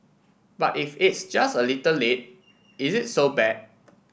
but if it's just a little late is it so bad